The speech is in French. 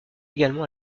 également